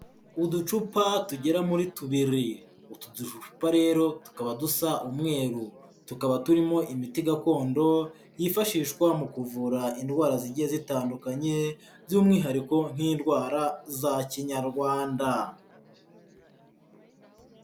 Uducupa tugera muri tubiri, utu ducupa rero tukaba dusa umweru, tukaba turimo imiti gakondo yifashishwa mu kuvura indwara zigiye zitandukanye by'umwihariko nk'indwara za kinyarwanda.